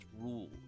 rules